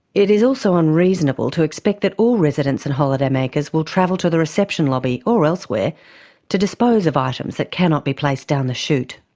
it is also unreasonable to expect that all residents and holiday makers will travel to the reception lobby or elsewhere to dispose dispose of items that cannot be placed down the shoot.